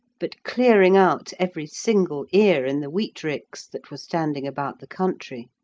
but clearing out every single ear in the wheat-ricks that were standing about the country.